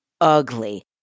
ugly